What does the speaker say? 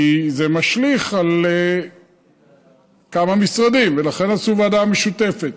כי זה משליך על כמה משרדים, ולכן עשו ועדה משותפת.